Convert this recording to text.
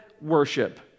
worship